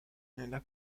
nella